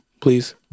please